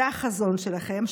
זה החזון שלכם,